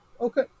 Okay